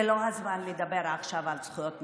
שזה לא הזמן לדבר עכשיו על זכויות נשים,